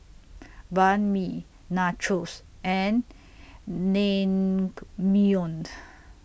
Banh MI Nachos and Naengmyeon